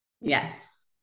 Yes